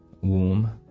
womb